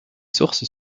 sources